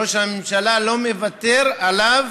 ראש הממשלה לא מוותר עליו